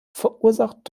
verursacht